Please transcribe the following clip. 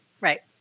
Right